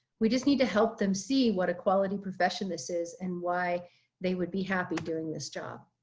we just need to help them see what a quality profession. this is and why they would be happy doing this job.